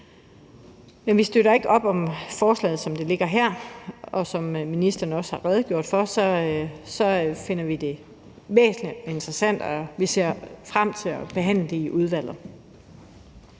Vi støtter ikke op om forslaget, som det ligger her, men som ministeren også har redegjort for, finder vi det væsentligt og interessant, og vi ser frem til at behandle det i udvalget.